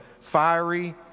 fiery